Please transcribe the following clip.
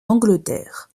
angleterre